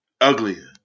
uglier